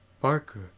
Barker